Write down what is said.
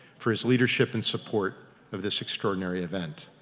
for his leadership and support of this extraordinary event.